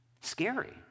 Scary